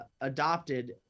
adopted